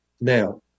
Now